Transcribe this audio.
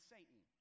Satan